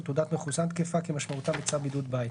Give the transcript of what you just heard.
תעודת מחוסן תקפה כמשמעותם בצו בידוד בית."